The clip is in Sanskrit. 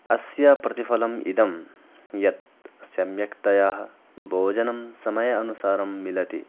अस्य प्रतिफलम् इदं यत् सम्यक्तयाः भोजनं समयानुसारं मिलति